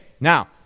now